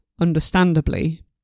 understandably